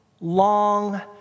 long